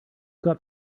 got